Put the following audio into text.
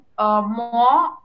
more